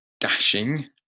dashing